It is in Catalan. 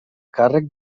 càrrec